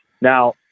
Now